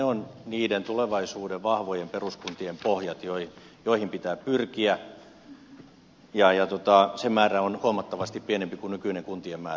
ne ovat tulevaisuuden vahvojen peruskuntien pohjat joihin pitää pyrkiä ja se määrä on huomattavasti pienempi kuin nykyinen kuntien määrä